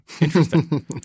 Interesting